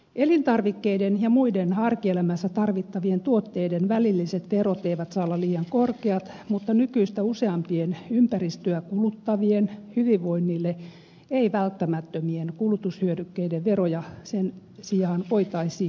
elintarvikkeiden ja muiden arkielämässä tarvittavien tuotteiden välilliset verot eivät saa olla liian korkeat mutta nykyistä useampien ympäristöä kuluttavien hyvinvoinnille ei välttämättömien kulutushyödykkeiden veroja sen sijaan voitaisiin nostaa